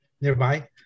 nearby